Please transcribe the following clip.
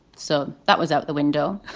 so that was out the window.